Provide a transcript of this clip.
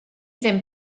ddim